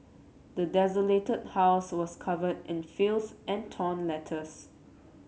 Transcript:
the desolated house was covered in filth and torn letters